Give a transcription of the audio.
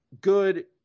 good